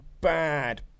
bad